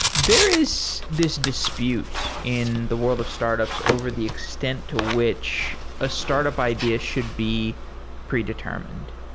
there is this dispute in the world of startups over the extent to which a startup idea should be predetermined.